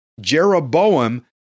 Jeroboam